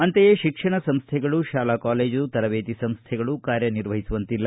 ಅಂತೆಯೇ ಕೈಕ್ಷಣಿಕ ಸಂಸ್ಥೆಗಳು ಶಾಲಾ ಕಾಲೇಜು ತರಬೇತಿ ಸಂಸ್ಥೆಗಳು ಕಾರ್ಯನಿರ್ವಹಿಸುವಂತಿಲ್ಲ